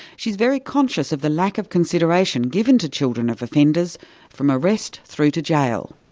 she's very conscious of the lack of consideration given to children of offenders from arrest through to jail.